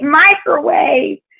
microwave